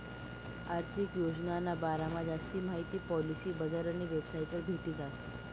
आर्थिक योजनाना बारामा जास्ती माहिती पॉलिसी बजारनी वेबसाइटवर भेटी जास